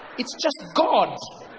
it's just god!